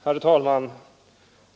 Herr talman!